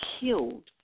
killed